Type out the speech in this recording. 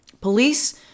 Police